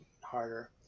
harder